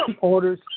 orders